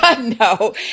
no